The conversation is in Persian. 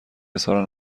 اظهار